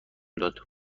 داد